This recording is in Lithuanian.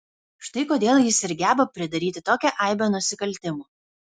štai kodėl jis ir geba pridaryti tokią aibę nusikaltimų